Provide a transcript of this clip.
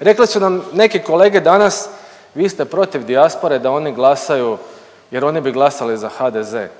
Rekli su nam neke kolege danas vi ste protiv dijaspore da oni glasaju jer oni bi glasali za HDZ,